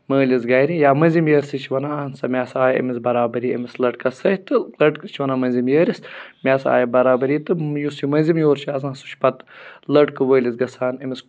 مٲلِس گَرِ یا مٔنٛزِم یٲرۍسٕے چھِ وَنان اہن سا مےٚ ہَسا آے أمِس برابٔردی أمِس لٔڑکَس سۭتۍ تہٕ لڑکہٕ چھِ وَنان مٔنٛزِم یٲرِس مےٚ ہَسا آے بَرابٔردی تہٕ یُس یہِ مٔنٛزِم یور چھِ آسان سُہ چھِ پَتہٕ لٔڑکہٕ وٲلِس گژھان أمِس